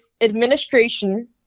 administration